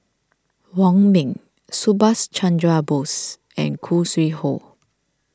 Wong Ming Subhas Chandra Bose and Khoo Sui Hoe